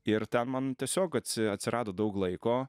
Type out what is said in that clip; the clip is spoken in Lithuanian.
ir ten man tiesiog atsi atsirado daug laiko